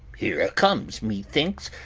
here a comes me thinkes,